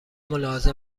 ملاحظه